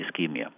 ischemia